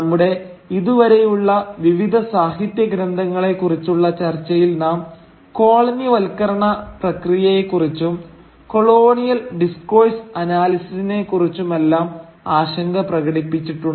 നമ്മുടെ ഇതുവരെയുള്ള വിവിധ സാഹിത്യ ഗ്രന്ഥങ്ങളെ കുറിച്ചുള്ള ചർച്ചയിൽ നാം കോളനിവൽക്കരണ പ്രക്രിയയെക്കുറിച്ചും കൊളോണിയൽ ഡിസ്കോഴ്സ് അനാലിസിസിനെക്കുറിച്ചുമെല്ലാം ആശങ്ക പ്രകടിപ്പിച്ചിട്ടുണ്ട്